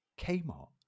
Kmart